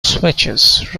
switches